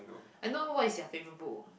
I know what is your favourite book